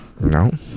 no